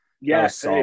yes